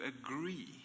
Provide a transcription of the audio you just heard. agree